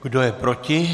Kdo je proti?